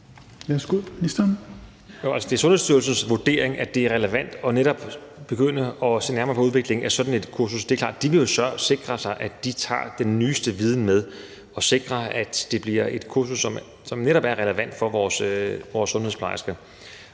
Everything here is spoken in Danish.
det er Sundhedsstyrelsens vurdering, at det er relevant netop at begynde at se nærmere på udviklingen af sådan et kursus. Det er klart, at de vil sikre sig, at man tager den nyeste viden med, og at det bliver et kursus, som netop er relevant for vores sundhedsplejersker.